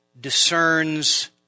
discerns